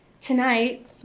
tonight